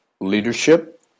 leadership